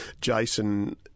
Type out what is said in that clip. Jason